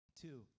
Two